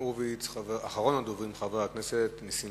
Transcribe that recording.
הכנסת ניצן